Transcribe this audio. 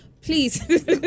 please